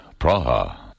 Praha